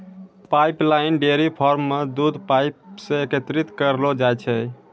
pipeline dairy farm म दूध pipe सें एकत्रित करलो जाय छै